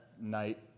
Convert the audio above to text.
night